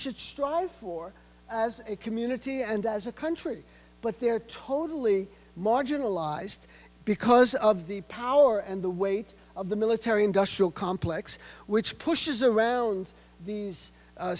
should strong for as a community and as a country but they're totally marginalized because of the power and the weight of the military industrial complex which pushes around these